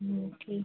ठीक